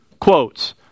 quotes